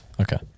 Okay